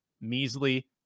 measly